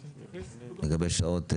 לגבי שעות שבועיות?